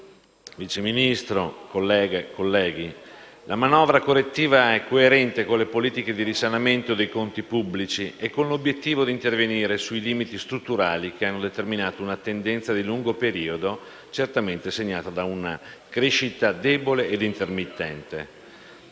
Vice Ministro, colleghe e colleghi, la manovra correttiva è coerente con le politiche di risanamento dei conti pubblici e con l'obiettivo di intervenire sui limiti strutturali che hanno determinato una tendenza di lungo periodo certamente segnata da una crescita debole e intermittente.